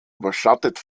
überschattet